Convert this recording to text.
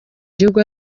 gihugu